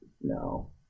no